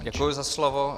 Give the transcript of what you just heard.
Děkuji za slovo.